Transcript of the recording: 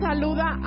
saluda